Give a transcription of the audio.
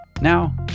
Now